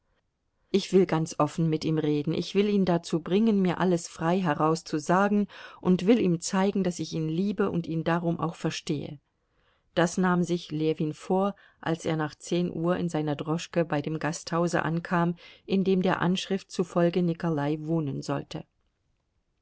ich will ganz offen mit ihm reden ich will ihn dazu bringen mir alles frei heraus zu sagen und will ihm zeigen daß ich ihn liebe und ihn darum auch verstehe das nahm sich ljewin vor als er nach zehn uhr in seiner droschke bei dem gasthause ankam in dem der anschrift zufolge nikolai wohnen sollte